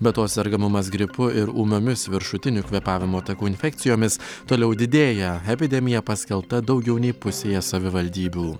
be to sergamumas gripu ir ūmiomis viršutinių kvėpavimo takų infekcijomis toliau didėja epidemija paskelbta daugiau nei pusėje savivaldybių